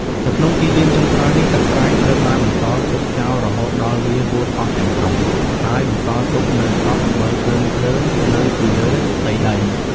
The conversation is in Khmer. នៅក្នុងទីលានចុងក្រោយនេះ ទឹកប្រៃត្រូវបានបន្សល់ទុកចោលរហូតដល់វាហួតអស់ទាំងស្រុង ហើយបន្សល់ទុកនូវគ្រាប់អំបិលគ្រើមៗនៅពីលើផ្ទៃដី។